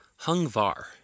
Hungvar